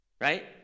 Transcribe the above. right